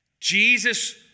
Jesus